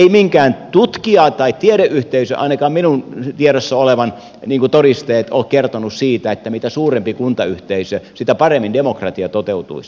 minkään tutkija tai tiedeyhteisön ainakaan minun tiedossani olevan todisteet eivät ole kertoneet siitä että mitä suurempi kuntayhteisö sitä paremmin demokratia toteutuisi